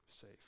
safe